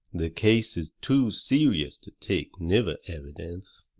the case is too serious to take nigger evidence.